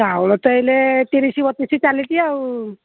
ଚାଉଳ ତ ଏଇଲେ ତିରିଶି ବତିଶି ଚାଲିିଛି ଆଉ